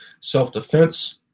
self-defense